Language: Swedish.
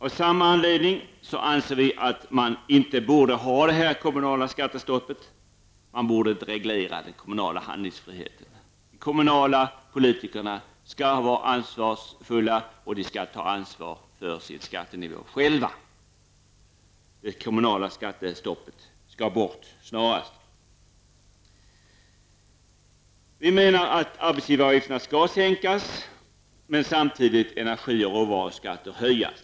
Av samma anledning anser vi att man inte borde ha något kommunalt skattestopp. Den kommunala handlingsfriheten borde inte regleras. De kommunala politikerna skall vara ansvarsfulla och därför själva ta ansvar för sin skattenivå. Det kommunala skattestoppet bör snarast tas bort. Vi menar att arbetsgivaravgifterna bör sänkas samtidigt som energi och råvaruskatter bör höjas.